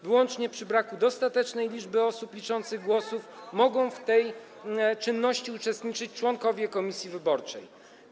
Wyłącznie przy braku dostatecznej liczby osób liczących głosy mogą w tej czynności uczestniczyć członkowie komisji wyborczej.